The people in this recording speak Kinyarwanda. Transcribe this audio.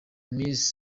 amis